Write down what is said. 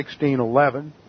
1611